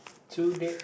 today